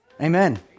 Amen